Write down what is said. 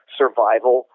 survival